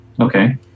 Okay